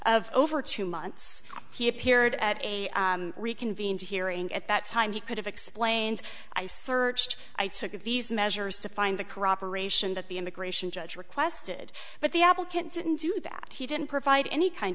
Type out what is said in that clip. of over two months he appeared at a reconvened hearing at that time he could have explained i searched i took these measures to find the corroboration that the immigration judge requested but the applicant didn't do that he didn't provide any kind